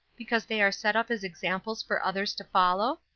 because they are set up as examples for others to follow?